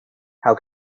how